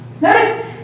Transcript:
Notice